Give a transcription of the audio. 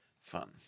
Fun